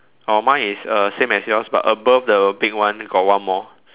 oh mine is uh same as yours but above the big one got one more